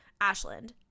Ashland